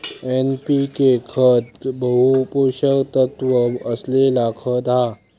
NPK खत बहु पोषक तत्त्व असलेला खत हा